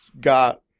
got